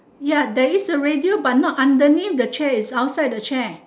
ya there is a radio but not underneath the chair is outside the chair